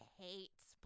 hates